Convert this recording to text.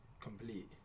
complete